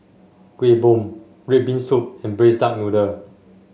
Kueh Bom red bean soup and braise Duck Noodle